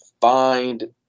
find